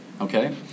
Okay